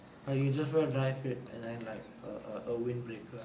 uh you just wear dry fit and then like err a windbreaker